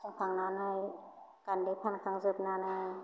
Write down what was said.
सोरखांनानै गान्दै फानखांजोबनानै